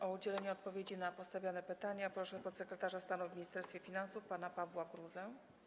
O udzielenie odpowiedzi na postawione pytania proszę podsekretarza stanu w Ministerstwie Finansów pana Pawła Gruzę.